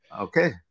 Okay